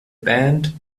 band